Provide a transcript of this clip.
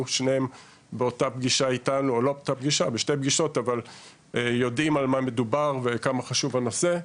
בשתי הפגישות איתנו ויודעים על מה מדובר וכמה חשוב הנושא.